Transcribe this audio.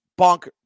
bonkers